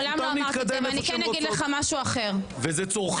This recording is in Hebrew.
זכותן להתקדם לאן שהן רוצות וזה צורכי ציבור.